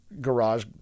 garage